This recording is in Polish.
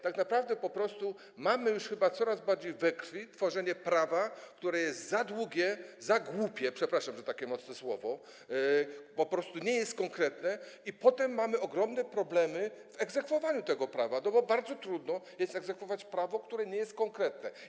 Tak naprawdę po prostu chyba już mamy coraz bardziej we krwi tworzenie prawa, które jest za długie, za głupie, przepraszam za takie mocne słowo, które po prostu nie jest konkretne, a potem mamy ogromne problemy z egzekwowaniem tego prawa, bo bardzo trudno jest egzekwować prawo, które nie jest konkretne.